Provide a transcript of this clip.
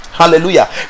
Hallelujah